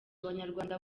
abanyarwanda